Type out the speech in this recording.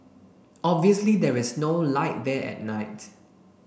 obviously there is no light there at night